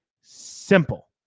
simple